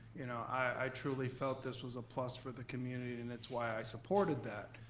you know i truly felt this was a plus for the community, and it's why i supported that,